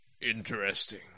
Interesting